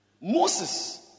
Moses